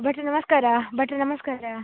ಭಟ್ಟರೇ ನಮಸ್ಕಾರ ಭಟ್ಟರೇ ನಮಸ್ಕಾರ